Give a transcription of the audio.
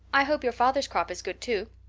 i hope your father's crop is good too.